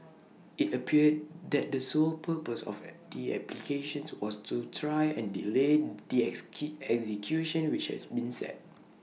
IT appeared that the sole purpose of the applications was to try and delay the execution which had been set